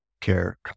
care